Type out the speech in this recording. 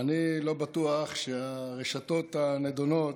אני לא בטוח שהרשתות הנדונות,